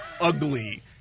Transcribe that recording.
ugly